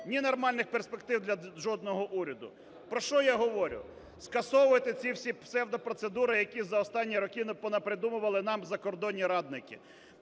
ні нормальних перспектив для жодного уряду. Про що я говорю? Скасовуйте ці всі псевдопроцедури, які за останні роки понапридумували нам закордонні радники.